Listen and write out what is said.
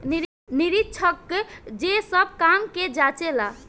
निरीक्षक जे सब काम के जांचे ला